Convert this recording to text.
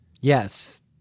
Yes